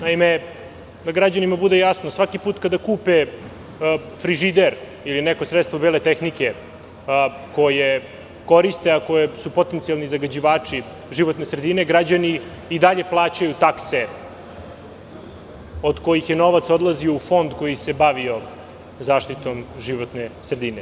Da građanima bude jasno, svaki put kada kupe frižider ili neko sredstvo bele tehnike koje koriste, a koji su potencijalni zagađivači životne sredine, građani i dalje plaćaju takse od kojih je novac odlazio u fond koji se bavio zaštitom životne sredine.